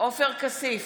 עופר כסיף,